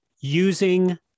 using